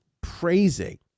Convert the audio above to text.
praising